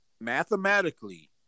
mathematically